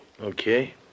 Okay